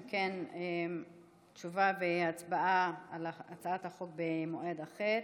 אם כן, תשובה והצבעה על הצעת החוק במועד אחר.